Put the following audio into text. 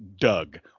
Doug